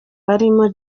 barimo